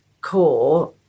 core